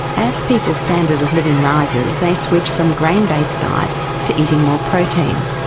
as people's standard of living rises they switch from grain-based diets to eating more protein.